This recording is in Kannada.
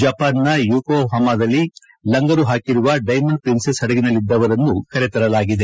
ಜಪಾನ್ನ ಯೋಕೋ ಹಮಾದಲ್ಲಿ ಲಂಗರು ಹಾಕಿರುವ ಡೈಮಂಡ್ ಪ್ರಿನ್ಸಸ್ ಹಡಗಿನಲ್ಲಿದ್ದವರನ್ನು ಕರೆತರಲಾಗಿದೆ